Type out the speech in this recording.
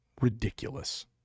ridiculous